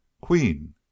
Queen